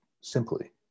simply